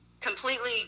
completely